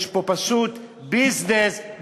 יש פה פשוט ביזנס-ביזנס.